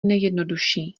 nejjednodušší